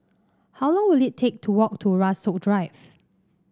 how long will it take to walk to Rasok Drive